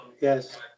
Yes